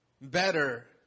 better